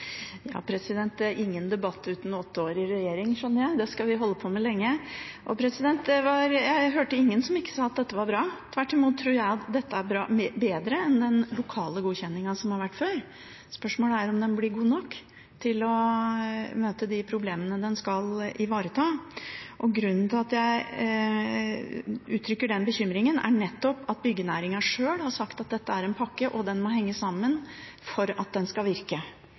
Det er ingen debatt uten åtte år i regjering, skjønner jeg. Det skal vi holde på med lenge. Jeg hørte ingen som sa at dette ikke var bra. Tvert imot tror jeg dette er bedre enn den lokale godkjenninga som har vært før. Spørsmålet er om den blir god nok til å møte de problemene den skal ivareta. Grunnen til at jeg uttrykker den bekymringen, er nettopp at byggenæringa sjøl har sagt at dette er en pakke, og den må henge sammen for at den skal virke.